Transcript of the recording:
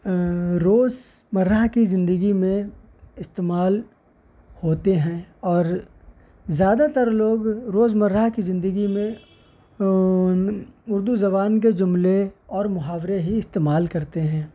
روزمرہ کی زندگی میں استعمال ہوتے ہیں اور زیادہ تر لوگ روزمرہ کی زندگی میں اردو زبان کے جملے اور محاورے ہی استعمال کرتے ہیں